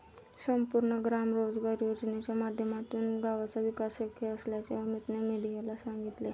संपूर्ण ग्राम रोजगार योजनेच्या माध्यमातूनच गावाचा विकास शक्य असल्याचे अमीतने मीडियाला सांगितले